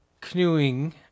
canoeing